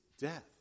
death